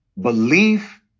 belief